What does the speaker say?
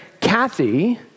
Kathy